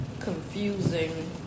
confusing